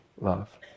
love